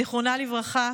זיכרונה לברכה,